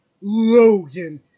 Logan